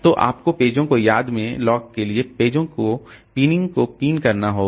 तो आपको पेजों को याद में लॉक करने के लिए पेजों की पिनिंग को पिन करना होगा